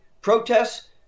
protests